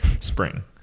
Spring